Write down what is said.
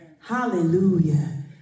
Hallelujah